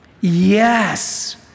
Yes